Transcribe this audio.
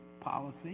policy